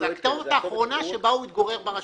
הכתובת האחרונה שבה הוא התגורר ברשות.